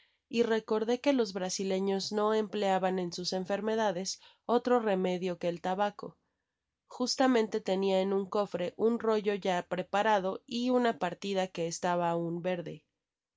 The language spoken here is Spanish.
y recordé que los brasileños no empleaban en sus enfermedades otro remedio que el tabaco justamente tenia en nn cofre un rolle ya preparado y ana partida que estaba aun verde